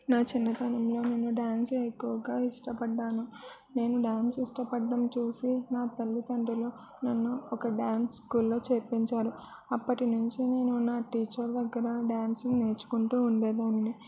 నా చిన్నతనంలో నేను డాన్స్ ఎక్కువగా ఇష్టపడ్డాను నేను డాన్స్ ఇష్టపడ్డం చూసి నా తల్లితండ్రులు నన్ను ఒక డాన్స్ స్కూలులో చేర్పించారు అప్పటినుంచి నేను నా టీచర్ దగ్గర డాన్సును నేర్చుకుంటూ ఉండేదాన్ని